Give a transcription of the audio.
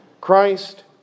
Christ